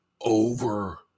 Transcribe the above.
over